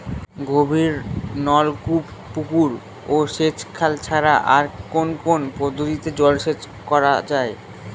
গভীরনলকূপ পুকুর ও সেচখাল ছাড়া আর কোন কোন পদ্ধতিতে জলসেচ করা যায়?